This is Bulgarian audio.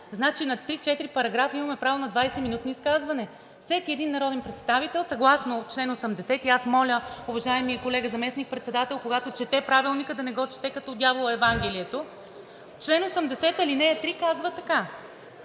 значи на три-четири параграфа имаме право на 20-минутно изказване? Всеки един народен представител съгласно чл. 80, аз моля, уважаемия колега заместник председател, когато чете Правилника, да не го чете като дявола Евангелието – чл. 80, ал. 3 казва така: